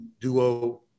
duo